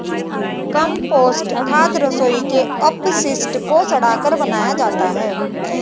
compost खाद रसोई के अपशिष्ट को सड़ाकर बनाया जाता है